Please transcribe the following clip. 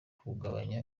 kugabanya